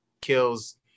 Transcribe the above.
kills